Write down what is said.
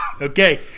Okay